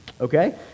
okay